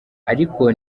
ariko